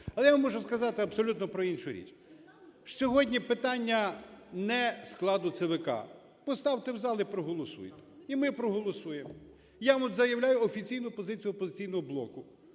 Але я вам мушу сказати абсолютно про іншу річ. Сьогодні питання не складу ЦВК. Поставте в зал і проголосуйте. І ми проголосуємо. Я заявляю офіційну позицію "Опозиційного блоку".